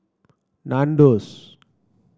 Nandos